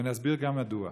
אני אסביר גם מדוע.